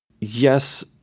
yes